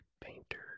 painter